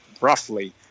Roughly